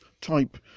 type